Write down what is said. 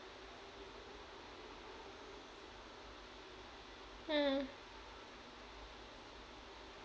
mm